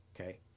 okay